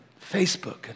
Facebook